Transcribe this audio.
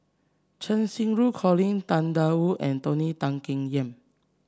Cheng Xinru Colin Tang Da Wu and Tony Tan Keng Yam